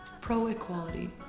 pro-equality